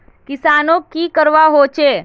किसानोक की करवा होचे?